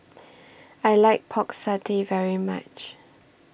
I like Pork Satay very much